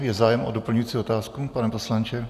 Je zájem o doplňující otázku, pane poslanče?